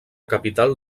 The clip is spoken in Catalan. capital